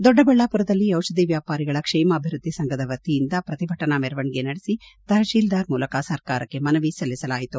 ದೊಡ್ಡಬಳ್ಯಾಮರದಲ್ಲಿ ದಿಷಧಿ ವ್ಯಾಪಾರಿಗಳ ಕ್ಷೇಮಾಭಿವೃದ್ದಿ ಸಂಘದ ವತಿಯಿಂದ ಪ್ರತಿಭಟನಾ ಮೆರವಣಿಗೆ ನಡೆಸಿ ತಹಶೀಲ್ದಾರ್ ಮೂಲಕ ಸರ್ಕಾರಕ್ಕೆ ಮನವಿ ಸಲ್ಲಿಸಲಾಯಿತು